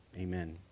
amen